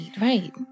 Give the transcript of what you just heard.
right